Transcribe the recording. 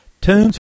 tunes